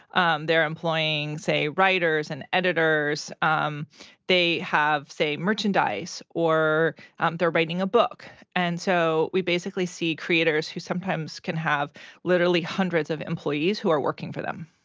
um they're employing, say, writers and editors. um they have, say, merchandise, or they're writing a book. and so we basically see creators who sometimes can have literally hundreds of employees who are working for them.